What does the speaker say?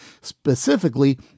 specifically